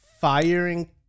firing